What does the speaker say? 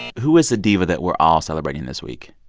who is the diva that we're all celebrating this week?